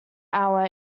hour